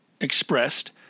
expressed